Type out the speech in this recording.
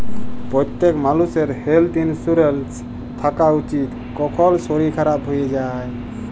প্যত্তেক মালুষের health insurance থ্যাকা উচিত, কখল শরীর খারাপ হয়ে যায়